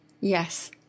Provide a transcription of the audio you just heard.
Yes